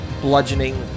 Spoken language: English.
Bludgeoning